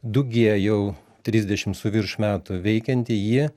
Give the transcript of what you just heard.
du gie jau trisdešim su virš metų veikianti ji